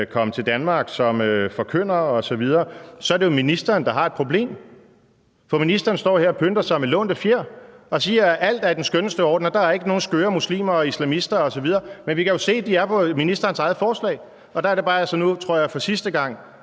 komme til Danmark som forkyndere osv.; så er det jo ministeren, der har et problem. For ministeren står her og pynter sig med lånte fjer og siger, at alt er i den skønneste orden, og at der ikke er nogen skøre muslimer og islamister osv., men vi kan jo se, at de er på ministerens eget forslag. Der er det bare, at jeg så nu for sidste gang,